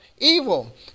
evil